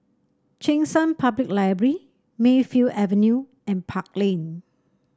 Cheng San Public Library Mayfield Avenue and Park Lane